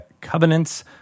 Covenants